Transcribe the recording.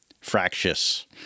fractious